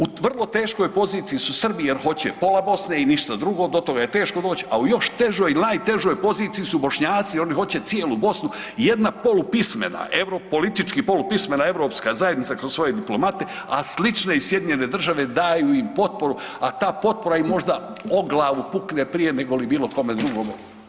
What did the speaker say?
U vrlo teškoj poziciji su Srbi jer hoće pola Bosne i ništa drugo do toga je teško doći, a u još težoj ili najtežoj poziciji su Bošnjaci oni hoće cijelu Bosnu i jedna polupismena, politički polupismena europska zajednica kroz svoje diplomate, a slične i SAD daju im potporu, a ta potpora im možda o glavu pukne prije nego li bilo kome drugome.